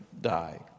die